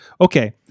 Okay